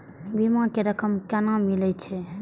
बीमा के रकम केना मिले छै?